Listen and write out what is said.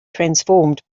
transformed